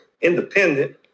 Independent